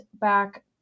back